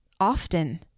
often